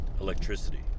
electricity